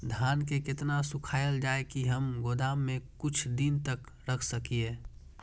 धान के केतना सुखायल जाय की हम गोदाम में कुछ दिन तक रख सकिए?